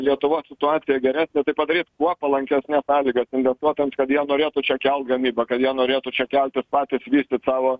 lietuvos situacija geresnė tai padaryt kuo palankesnes sąlygas investuotojams kad jie norėtų čia kelt gamybą kad ją norėtų čia kelt ir patys vystyt savo